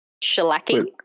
Shellacking